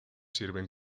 sirven